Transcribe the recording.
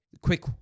quick